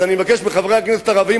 אז אני מבקש מחברי הכנסת הערבים,